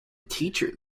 teacher